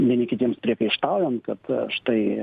vieni kitiems priekaištaujant kad štai